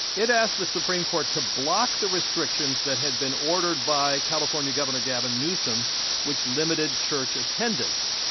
it asked the supreme court to block the restrictions that had been ordered by california governor gavin newsom which limited church attendance.